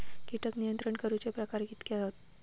कीटक नियंत्रण करूचे प्रकार कितके हत?